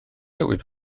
tywydd